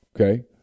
Okay